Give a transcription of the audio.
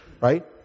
Right